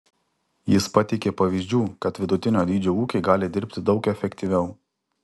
jis pateikė pavyzdžių kad vidutinio dydžio ūkiai gali dirbti daug efektyviau